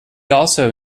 also